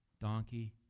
donkey